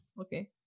Okay